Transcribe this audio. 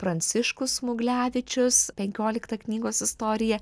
pranciškus smuglevičius penkiolikta knygos istorija